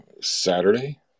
Saturday